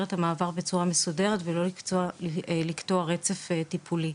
את המעבר בצורה מסודרת ולא לקטוע רצף טיפולי.